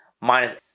minus